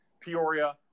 Peoria